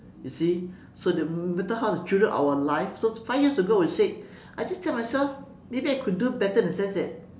you see so no matter how we treated our life so five years ago we said I just tell myself maybe I could do better in a sense that